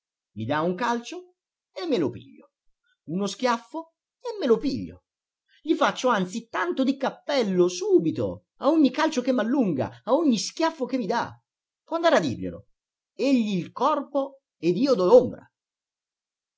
i dà un calcio e me lo piglio uno schiaffo e me lo piglio gli faccio anzi tanto di cappello subito a ogni calcio che m'allunga a ogni schiaffo che mi dà può andare a dirglielo egli il corpo ed io l'ombra